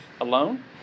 alone